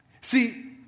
See